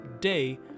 day